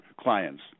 clients